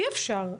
אי אפשר.